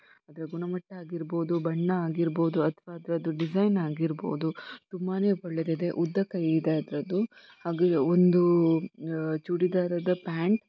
ಅದರ ಗುಣಮಟ್ಟ ಆಗಿರ್ಬೋದು ಬಣ್ಣ ಆಗಿರ್ಬೋದು ಅಥವಾ ಅದರದ್ದು ಡಿಸೈನ್ ಆಗಿರ್ಬೋದು ತುಂಬಾ ಒಳ್ಳೆದಿದೆ ಉದ್ದ ಕೈಯಿದೆ ಅದರದ್ದು ಹಾಗೇ ಒಂದು ಚೂಡಿದಾರದ ಪ್ಯಾಂಟ್